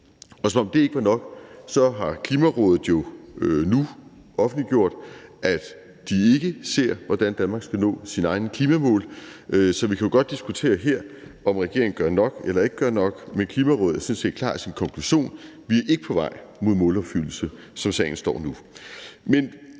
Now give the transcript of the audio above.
Og som om det ikke var nok, har Klimarådet jo nu offentliggjort, at de ikke kan se, hvordan Danmark skal nå sine egne klimamål. Så vi kan jo godt her diskutere, om regeringen gør nok eller den ikke gør nok, men Klimarådet er sådan set klar i sin konklusion: Vi er ikke på vej mod en målopfyldelse, som sagen står nu.